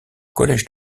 collège